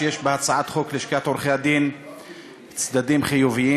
יש בהצעת חוק לשכת עורכי-הדין צדדים חיוביים,